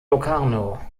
locarno